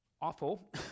awful